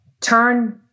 Turn